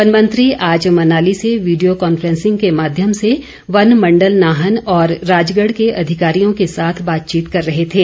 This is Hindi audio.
वन मंत्री आज मनाली से वीडियो कॉन्फ्रेंसिंग के माध्यम से वन मंडल नाहन और राजगढ़ के अधिकारियों के साथ बाचतीत कर रहे थे